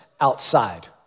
outside